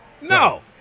No